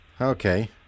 Okay